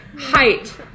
Height